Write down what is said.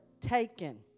taken